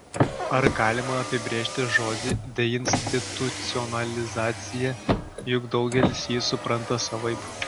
ar galima apibrėžti žodį deinstitucionalizacija juk daugelis jį supranta savaip